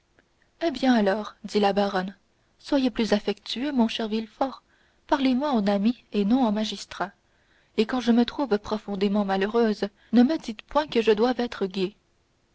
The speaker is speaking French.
eh bien alors dit la baronne soyez plus affectueux mon cher villefort parlez-moi en ami et non en magistrat et quand je me trouve profondément malheureuse ne me dites point que je doive être gaie